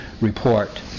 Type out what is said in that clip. report